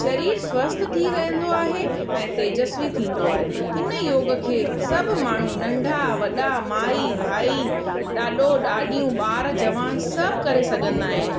शरीर स्वस्थ थी रहंदो आहे ऐं तेजस्वी थींदो आहे हिन योग खे सभु माण्हू नंढा वॾा माई भाई ॾाॾो ॾाॾियूं ॿार जवान सभु करे सघंदा आहिनि